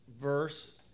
verse